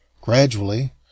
Gradually